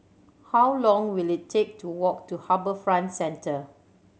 how long will it take to walk to HarbourFront Centre